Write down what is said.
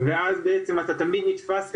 ואז בעצם אתה תמיד נתפס,